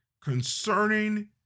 concerning